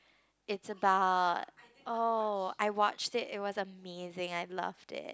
it's about oh I watched it it was amazing I love it